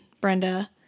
Brenda